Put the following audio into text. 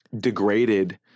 degraded